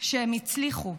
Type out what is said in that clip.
שהם הצליחו,